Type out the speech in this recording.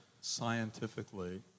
scientifically